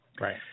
Right